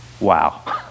Wow